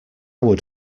would